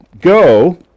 Go